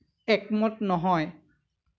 একমত নহয়